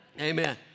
Amen